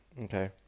Okay